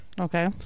okay